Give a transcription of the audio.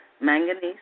manganese